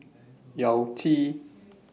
Yao Zi